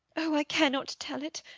oh, i cannot tell it,